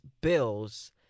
Bills